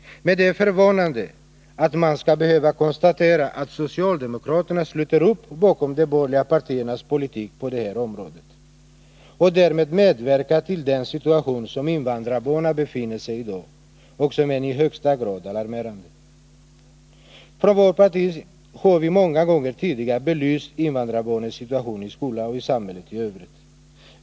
Men det är förvånande att man skall behöva konstatera att socialdemokraterna sluter upp bakom de borgerliga partiernas politik på det här området och därmed medverkar till den situation som invandrarbarnen i dag befinner sig i och som är i högsta grad alarmerande. Från vårt parti har vi många gånger tidigare belyst invandrarbarnens situation i skolan och i samhället i övrigt.